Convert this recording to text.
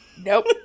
Nope